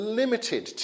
limited